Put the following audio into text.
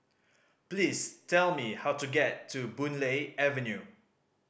please tell me how to get to Boon Lay Avenue